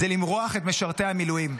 זה לרמות את משרתי המילואים.